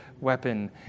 weapon